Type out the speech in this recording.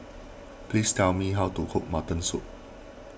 please tell me how to cook Mutton Soup